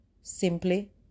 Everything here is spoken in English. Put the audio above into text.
simply